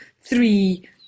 three